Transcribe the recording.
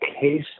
case